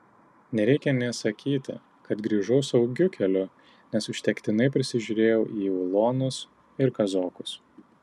nereikia nė sakyti kad grįžau saugiu keliu nes užtektinai prisižiūrėjau į ulonus ir kazokus